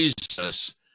Jesus